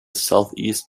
southeast